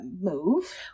move